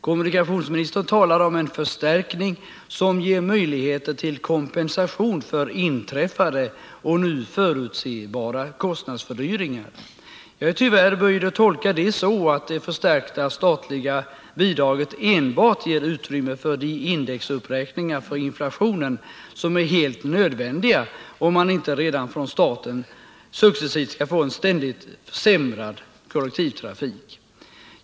Kommunikationsministern talar om en förstärkning som ger möjligheter till kompensation för inträffade och nu förutsebara kostnadsfördyringar. Jag är böjd för att tolka det så, att det förstärkta statliga bidraget tyvärr enbart ger utrymme för de indexuppräkningar för inflationen som är helt nödvändiga, om man inte redan från starten successivt skall få en ständigt försämrad kollektivtrafik.